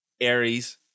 Aries